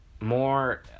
more